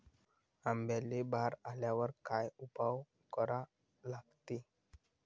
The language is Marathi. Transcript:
आंब्याले बार आल्यावर काय उपाव करा लागते?